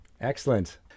Excellent